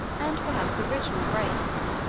and perhaps original, race,